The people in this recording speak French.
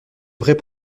vrais